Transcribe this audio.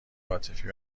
عاطفی